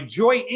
joy